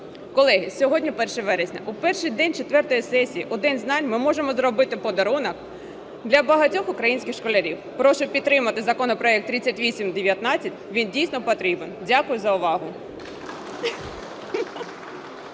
Колеги, сьогодні 1 вересня. В перший день четвертої сесії, в День знань ми можемо зробити подарунок для багатьох українських школярів. Прошу підтримати законопроект 3819, він дійсно потрібен. Дякую за увагу.